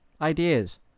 ideas